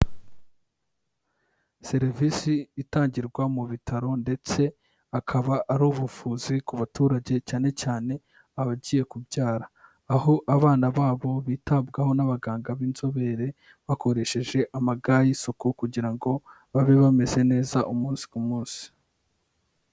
Serivisi itangirwa mu bitaro ndetse akaba ari ubuvuzi ku baturage cyane cyane abagiye kubyara, aho abana babo bitabwaho n'abaganga b'inzobere bakoresheje ama ga y'isuku kugira ngo babe bameze neza umunsi ku munsi.